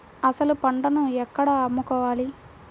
అసలు పంటను ఎక్కడ అమ్ముకోవాలి?